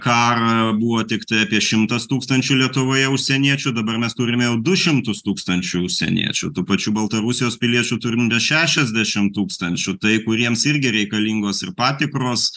karą buvo tiktai apie šimtas tūkstančių lietuvoje užsieniečių dabar mes turime jau du šimtus tūkstančių užsieniečių tų pačių baltarusijos piliečių turim šešiasdešim tūkstančių tai kuriems irgi reikalingos ir patikros